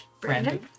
Brandon